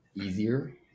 easier